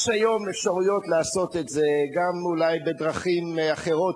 יש היום אפשרויות לעשות את זה אולי בדרכים אחרות,